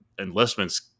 enlistments